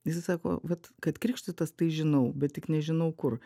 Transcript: jisai sako vat kad krikštytas tai žinau bet tik nežinau kur